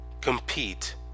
compete